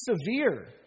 severe